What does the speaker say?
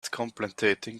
contemplating